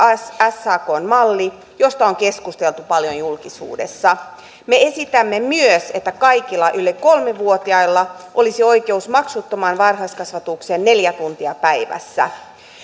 sakn malli josta on keskusteltu paljon julkisuudessa me esitämme myös että kaikilla yli kolme vuotiailla olisi oikeus maksuttomaan varhaiskasvatukseen neljä tuntia päivässä